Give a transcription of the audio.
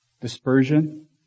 Dispersion